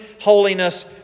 holiness